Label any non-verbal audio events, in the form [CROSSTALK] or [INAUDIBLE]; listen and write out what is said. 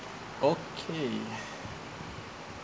okay [BREATH]